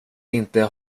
inte